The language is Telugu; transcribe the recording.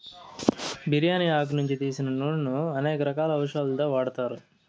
బిర్యాని ఆకు నుంచి తీసిన నూనెను అనేక రకాల ఔషదాలలో వాడతారు